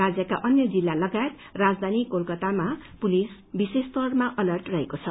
राज्यका अन्य जिल्ल लागायत राजधानी कोलकत्तामा पुलिस विशेष तौरमा अर्लट रहेको छ